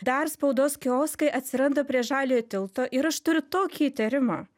dar spaudos kioskai atsiranda prie žaliojo tilto ir aš turiu tokį įtarimą